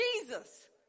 Jesus